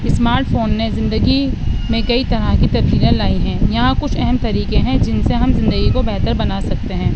smart phone نے زندگی میں کئی طرح کی تبدیلیاں لائی ہیں یہاں کچھ اہم طریقے ہیں جن سے ہم زندگی کو بہتر بنا سکتے ہیں